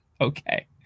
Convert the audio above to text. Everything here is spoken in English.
Okay